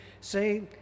say